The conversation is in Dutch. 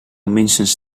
minstens